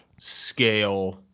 scale